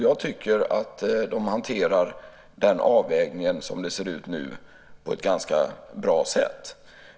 Jag tycker att de hanterar den avvägningen, som det ser ut nu, på ett ganska bra sätt.